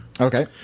Okay